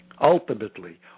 ultimately